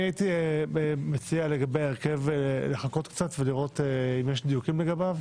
אני הייתי מציע לגבי ההרכב לחכות קצת ולראות אם יש דיוקים לגביו.